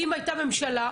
אם הייתה ממשלה,